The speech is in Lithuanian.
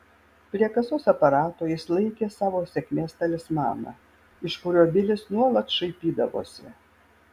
prie kasos aparato jis laikė savo sėkmės talismaną iš kurio bilis nuolat šaipydavosi